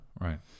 Right